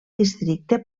districte